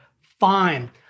Fine